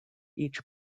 each